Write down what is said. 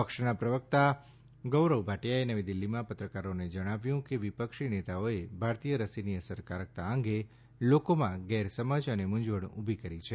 પક્ષના પ્રવક્તા ગૌરવ ભાટિયાએ નવી દિલ્હીમાં પત્રકારોને જણાવ્યું કે વિપક્ષી નેતાઓએ ભારતીય રસીની અસરકારકતા અંગે લોકોમાં ગેરસમજ અને મૂંઝવણ ઊભી કરી છે